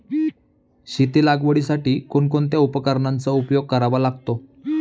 शेती लागवडीसाठी कोणकोणत्या उपकरणांचा उपयोग करावा लागतो?